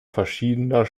verschiedener